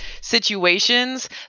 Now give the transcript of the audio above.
situations